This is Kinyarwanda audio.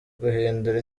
guhindura